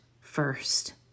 first